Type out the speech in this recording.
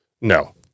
No